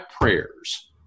prayers